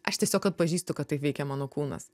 aš tiesiog atpažįstu kad taip veikia mano kūnas